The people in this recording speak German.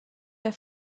der